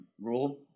rule